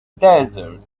desert